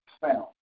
found